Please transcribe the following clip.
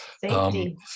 Safety